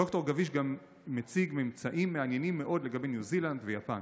ד"ר גביש גם מציג ממצאים מעניינים מאוד לגבי ניו זילנד ויפן.